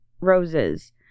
Roses